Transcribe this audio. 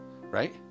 Right